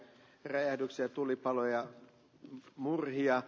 räjähdykset tulipaloja murhia